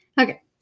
Okay